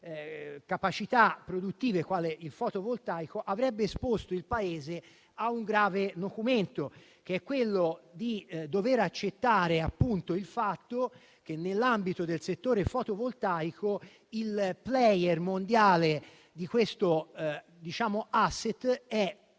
capacità produttive quale il fotovoltaico avrebbe esposto il Paese a un grave nocumento, ossia dover accettare il fatto che, nell'ambito del settore fotovoltaico, il *player* mondiale di questo *asset*